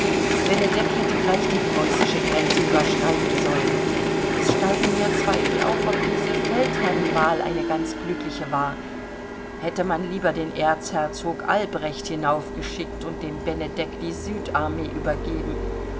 benedek hätte gleich die preußische grenze überschreiten sollen es steigen mir zweifel auf ob diese feldherrnwahl eine ganz glückliche war hätte man lieber den erzherzog albrecht hinauf geschickt und dem benedek die süd armee übergeben